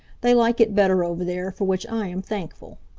they like it better over there, for which i am thankful.